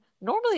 normally